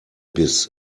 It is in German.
biss